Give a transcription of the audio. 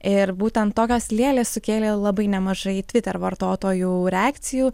ir būtent tokios lėlės sukėlė labai nemažai twitter vartotojų reakcijų